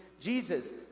Jesus